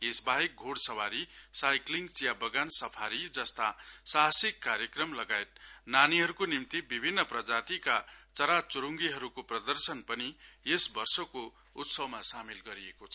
यस बाहेक घोड़ सवारीलाइक्लिङचिया बगान सफारी जस्ता साहसिक कार्यक्रम लगायत नानीहरुको निम्ती विभिन्न प्रजातिका चरा चुरुङगी हरुको प्रदर्शन पनि यस वर्षको उत्सवमा सामेल गरिएको छ